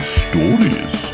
stories